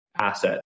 asset